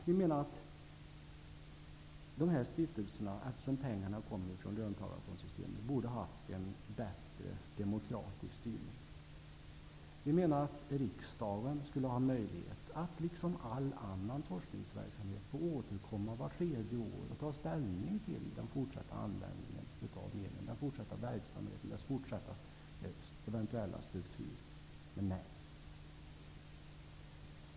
Vi menar att de här stiftelserna, eftersom pengarna kommer från löntagarfondssystemet, borde ha haft en bättre demokratisk styrning. Vi menar att riksdagen skulle ha möjlighet att, liksom i all annan forskningsverksamhet, återkomma vart tredje år och ta ställning till den fortsatta användningen av medlen; den fortsatta verksamheten, dess fortsatta struktur. -- Nej.